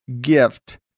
gift